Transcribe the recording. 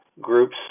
groups